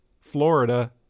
Florida